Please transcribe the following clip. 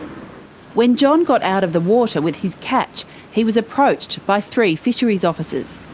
when john got out of the water with his catch he was approached by three fisheries officers.